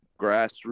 grassroots